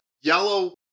yellow